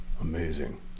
Amazing